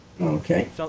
Okay